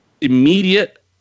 immediate